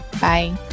Bye